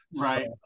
right